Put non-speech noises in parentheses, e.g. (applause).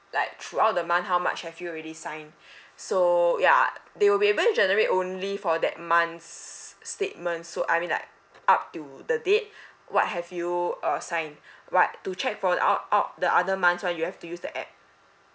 like throughout the month how much have you already signed (breath) so ya they will be able to generate only for that month's statements so I mean like up to the date what have you uh signed what to check for opt opt the other months [one] you have to use the app